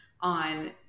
on